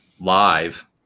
live